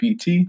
PT